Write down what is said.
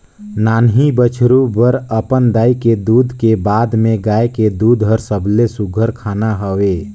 नान्हीं बछरु बर अपन दाई के दूद के बाद में गाय के दूद हर सबले सुग्घर खाना हवे